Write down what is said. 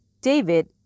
David